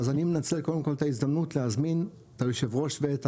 אז אני מנצל קודם כל את ההזדמנות להזמין את היושב ראש ואת הוועדה,